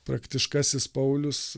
praktiškasis paulius